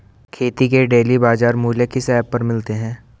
खेती के डेली बाज़ार मूल्य किस ऐप पर मिलते हैं?